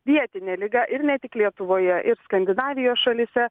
vietinė liga ir ne tik lietuvoje ir skandinavijos šalyse